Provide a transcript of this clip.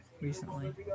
recently